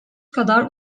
kadar